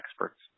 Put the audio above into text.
experts